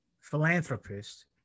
philanthropist